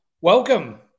welcome